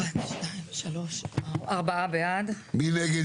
מי נגד?